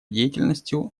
деятельностью